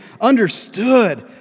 understood